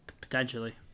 Potentially